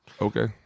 Okay